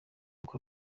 kuko